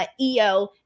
EO